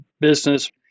business